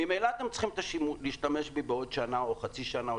ממילא אתם צריכים להשתמש בי בעוד שנה או חצי שנה או